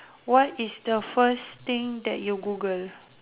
what is the first thing that you Google